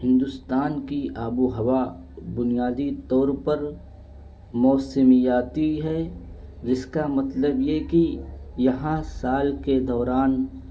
ہندوستان کی آب و ہوا بنیادی طور پر موسمیاتیی ہے جس کا مطلب یہ کہ یہاں سال کے دوران